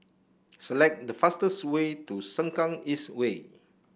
select the fastest way to Sengkang East Way